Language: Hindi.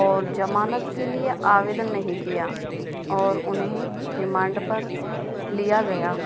और जमानत के लिए आवेदन नही किया और उन्हें रिमांड पर लिया गया